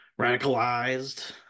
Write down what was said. radicalized